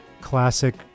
classic